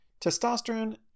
Testosterone